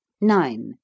Nine